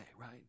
right